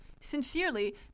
sincerely